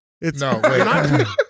No